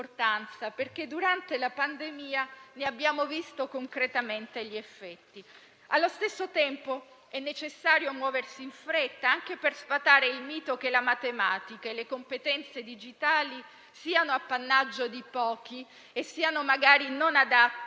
perché durante la pandemia ne abbiamo visto concretamente gli effetti. Allo stesso tempo, è necessario muoversi in fretta, anche per sfatare il mito che la matematica e le competenze digitali siano appannaggio di pochi e siano magari non adatte